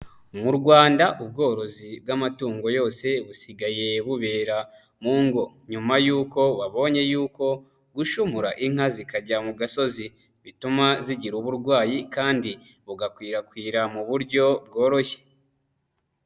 Mu rwanda ubworozi bw'amatungo yose busigaye bubera mu ngo, nyuma y'uko babonye yuko gushumu inka zikajya mu gasozi, bituma zigira uburwayi kandi bugakwirakwira mu buryo bworoshye.